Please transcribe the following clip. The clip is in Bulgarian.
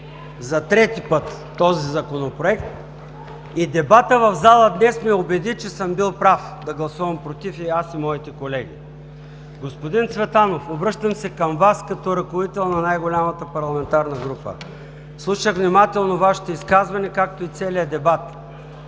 за трети път „против“ този Закон и дебатът в залата днес ме убеди, че съм бил прав да гласувам „против“ – аз и моите колеги. Господин Цветанов, обръщам се към Вас, като ръководител на най-голямата парламентарна група. Слушах внимателно Вашето изказване, както и целия дебат.